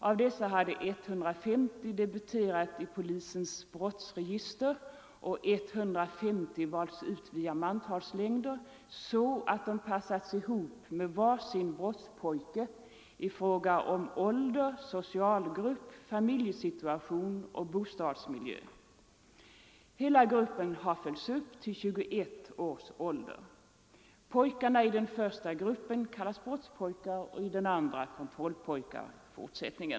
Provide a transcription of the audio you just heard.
Av dessa hade 150 debuterat i polisens brottsregister och 150 valts ut via mantalslängder så att de passats ihop med var sin brottspojke i fråga om ålder, socialgrupp, familjesituation och bostadsmiljö. Hela gruppen har följts upp till 21 års ålder. Pojkarna i den första gruppen kallar jag i fortsättningen brottspojkar och i den andra kontrollpojkar.